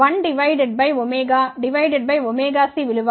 001 1 divided by ω divided by c విలువ 1